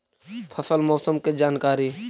फसल मौसम के जानकारी?